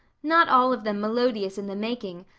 not all of them melodious in the making,